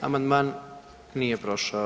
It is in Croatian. Amandman nije prošao.